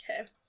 Okay